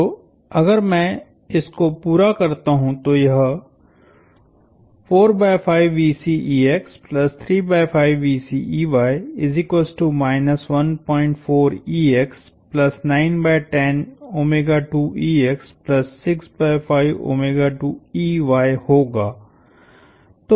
तो अगर मैं इस को पूरा करता हूं तो यहहोगा